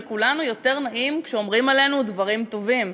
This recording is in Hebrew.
לכולנו יותר נעים כשאומרים עלינו דברים טובים,